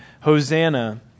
Hosanna